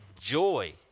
joy